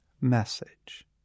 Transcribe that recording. message